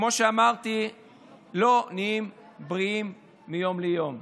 כמו שאמרתי, לא נהיים בריאים מיום ליום.